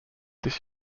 this